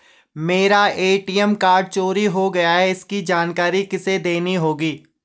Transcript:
मेरा ATM card चोरी हो गया है इसकी जानकारी किसे देनी होगी?